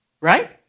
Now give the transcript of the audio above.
Right